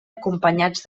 acompanyats